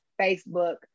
facebook